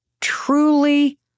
truly